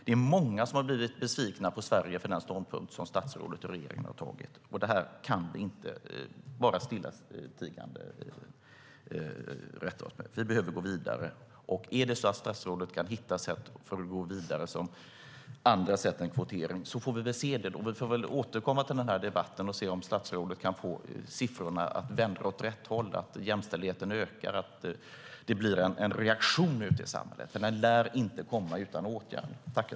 Det är många som har blivit besvikna på Sverige för den ståndpunkt som statsrådet och regeringen har tagit, och det här kan vi inte bara stillatigande rätta oss efter. Vi behöver gå vidare, och är det så att statsrådet kan hitta andra sätt än kvotering att gå vidare får vi väl se det då. Vi får väl återkomma till den här debatten och se om statsrådet kan få siffrorna att vända åt rätt håll så att jämställdheten ökar och så att det blir en reaktion ute i samhället. Men den lär inte komma utan åtgärder.